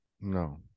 No